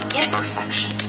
imperfection